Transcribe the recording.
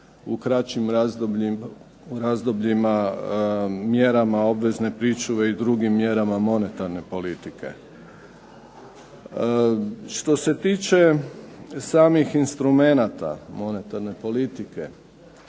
u kraćim razdobljima, mjerama obvezne pričuve i drugim mjerama monetarne politike. Što se tiče samih instrumenata monetarne politike